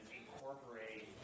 incorporate